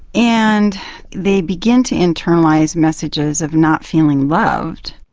and they begin to internalise messages of not feeling loved.